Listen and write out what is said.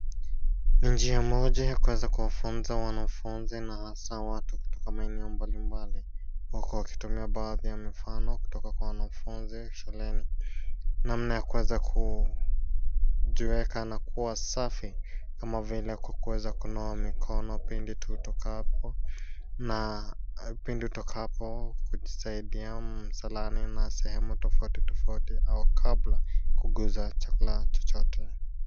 Njia moja ya kuweza kuwafunza wanafunzi na hasa watu wa kutoka maeneo mbalimbali huku wakitumia baadhi ya mifano kutoka kwa wanafunzi shuleni. Namna ya kuweza kujiweka na kuwa safi kama vile kuweza kunawa mikono pindi tu utokapo kujisaidia msalani na sehemu tofauti tofauti au kabla kuguza chakula chochote.